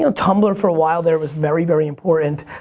ah tumblr, for a while there it was very very important.